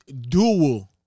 Dual